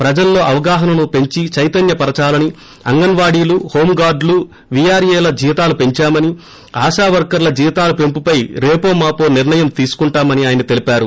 ప్రజల్లో అవగాహనను పెంచి చైతన్న పరచాలని అంగన్వాడిలు హోంగార్దులు వీఆర్ఏల జీతాలు పెంచామని ఆశా వర్కర్ల జీతాల పెంపుపై రేపోమాపో నిర్లయం తీసుకుంటామని ఆయన తెలిపారు